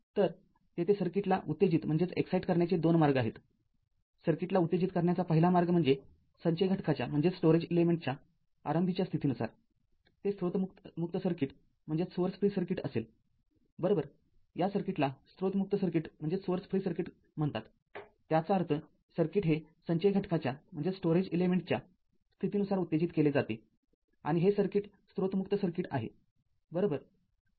तर तेथे सर्किटला उत्तेजित करण्याचे दोन मार्ग आहेतसर्किटला उत्तेजित करण्याचा पहिला मार्ग म्हणजे संचय घटकाच्या आरंभीच्या स्थितीनुसारते स्त्रोत मुक्त सर्किट असेल बरोबर या सर्किटला स्त्रोत मुक्त सर्किट म्हणतात त्याचा अर्थसर्किट हे संचय घटकाच्या स्थितीनुसार उत्तेजित केले जाते आणि हे सर्किट स्त्रोत मुक्त सर्किट आहे बरोबर